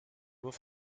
nur